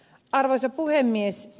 arvoisa puhemies